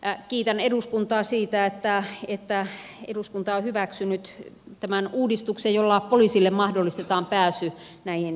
tässä kiitän eduskuntaa siitä että eduskunta on hyväksynyt tämän uudistuksen jolla poliisille mahdollistetaan pääsy näihin matkustajarekisteritietoihin